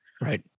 Right